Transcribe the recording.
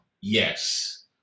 Yes